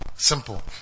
simple